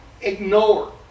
ignore